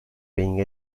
being